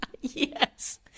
Yes